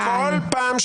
תודה רבה.